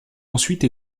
ensuite